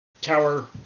tower